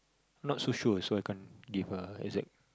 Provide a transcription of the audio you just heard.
not so sure so I can't give a exact